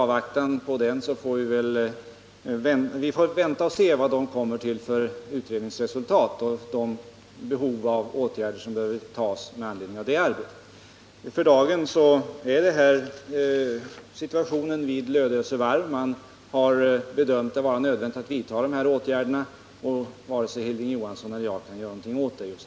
Vi får vänta och se vad utredningen kommer till för resultat och bedöma vilka åtgärder som behöver vidtas med anledning av det arbetet. För dagen är situationen vid Lödöse Varf den att man har bedömt de vidtagna åtgärderna som nödvändiga. Varken Hilding Johansson eller jag kan göra något åt det.